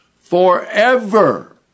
forever